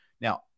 Now